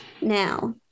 now